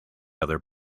other